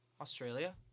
Australia